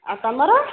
ଆଉ ତୁମର